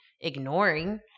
ignoring